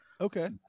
okay